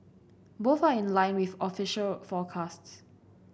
both are in line with official forecasts